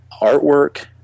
artwork –